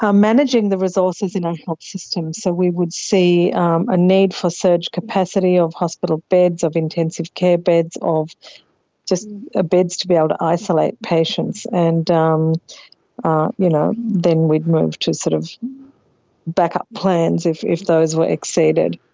um managing the resources in our health systems. so we would see a need for surge capacity of hospital beds, of intensive care beds, of just ah beds to be able to isolate patients. and um ah you know then we'd then we'd move to sort of backup plans if if those were exceeded.